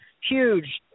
huge